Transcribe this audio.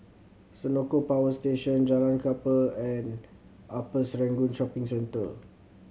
Senoko Power Station Jalan Kapal and Upper Serangoon Shopping Centre